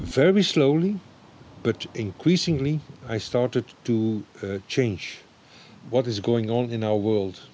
very slowly but increasingly i started to change what is going on in the world